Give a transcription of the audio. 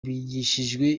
bigishijwe